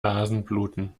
nasenbluten